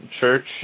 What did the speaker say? Church